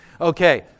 Okay